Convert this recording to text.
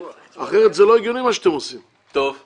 אחרת מה שאתם עושים הוא